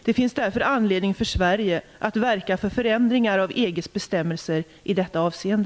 Det finns därför anledning för Sverige att verka för förändringar av EG:s bestämmelser i detta avseende.